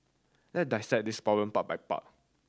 let dissect this problem part by part